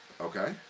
Okay